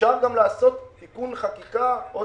אפשר גם לעשות תיקון חקיקה גם אחר כך.